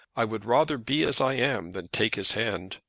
i would rather be as i am than take his hand.